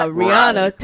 rihanna